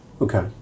okay